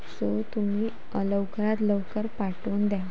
so तुम्ही लवकरात लवकर पाठवून द्या